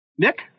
Nick